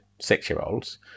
six-year-olds